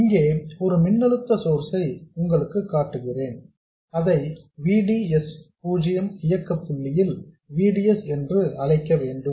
இங்கே ஒரு மின்னழுத்த சோர்ஸ் ஐ உங்களுக்கு காட்டுகிறேன் அதை V D S 0 இயக்க புள்ளியில் V D S என்று அழைக்க வேண்டும்